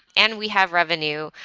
and we have revenue,